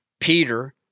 Peter